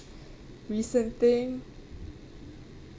recent thing